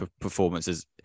performances